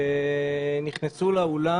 לא יתכן שמקום שהוא ממושמע ושהציבור שלו מזוהה,